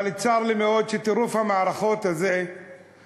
אבל צר לי מאוד שטירוף המערכות הזה מסכן